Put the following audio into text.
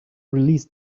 release